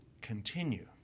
continue